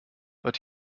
but